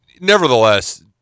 nevertheless